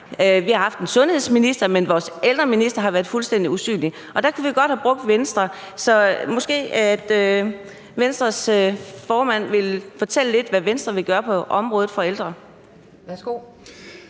Vi har haft en sundhedsminister, men vores ældreminister har været fuldstændig usynlig, og der kunne vi godt have brugt Venstre. Så måske vil Venstres formand fortælle lidt om, hvad Venstre vil gøre på ældreområdet? Kl.